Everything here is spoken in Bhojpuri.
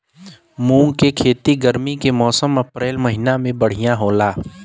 मुंग के खेती गर्मी के मौसम अप्रैल महीना में बढ़ियां होला?